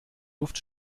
luft